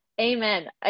amen